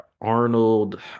Arnold